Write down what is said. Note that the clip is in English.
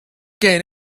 gain